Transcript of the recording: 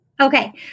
Okay